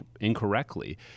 incorrectly